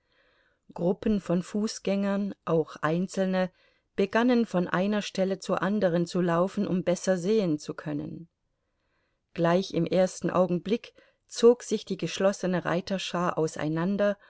gruppen von fußgängern auch einzelne begannen von einer stelle zur anderen zu laufen um besser sehen zu können gleich im ersten augenblick zog sich die geschlossene reiterschar auseinander